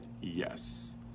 yes